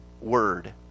word